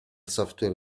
software